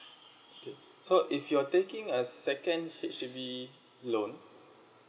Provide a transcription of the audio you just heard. okay so if you're taking a second H_D_B loan